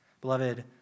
Beloved